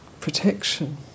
protection